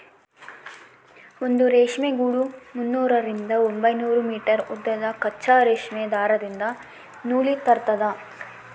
ಒಂದು ರೇಷ್ಮೆ ಗೂಡು ಮುನ್ನೂರರಿಂದ ಒಂಬೈನೂರು ಮೀಟರ್ ಉದ್ದದ ಕಚ್ಚಾ ರೇಷ್ಮೆ ದಾರದಿಂದ ನೂಲಿರ್ತದ